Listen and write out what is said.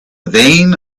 vane